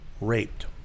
raped